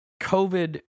COVID